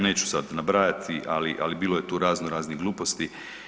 Neću sad nabrajati, ali bilo je tu razno raznih gluposti.